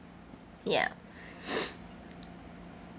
ya